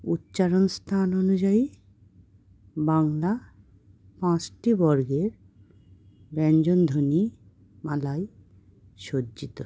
উচ্চারণ স্থান অনুযায়ী বাংলা পাঁচটি বর্গের ব্যঞ্জন ধ্বনিমালায় সজ্জিত